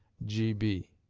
g b.